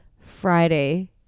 Friday